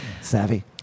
Savvy